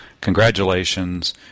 Congratulations